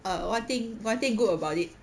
err one thing one thing good about it